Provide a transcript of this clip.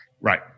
right